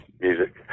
music